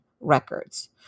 records